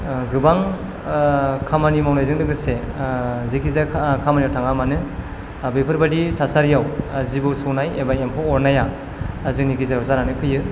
गोबां खामानि मावनायजों लोगोसे जेखिजाया खामानियाव थाङा मानो बेफोरबादि थासारियाव जिबौ सौनाय एबा एम्फौ अरनाया जोंनि गेजेराव जानानै फैयो